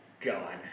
God